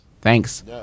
Thanks